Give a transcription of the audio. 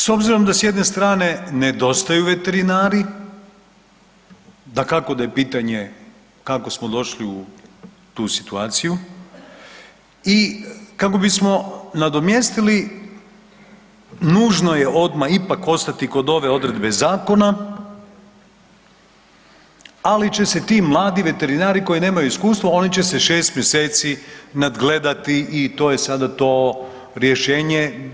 S obzirom da s jedne strane nedostaju veterinari, dakako da je pitanje kako smo došli u tu situaciju i kako bismo nadomjestili nužno je odma ipak ostati kod ove odredbe zakona, ali će se ti mladi veterinari koji nemaju iskustvo oni će se 6. mjeseci nadgledati i to je sada to rješenje.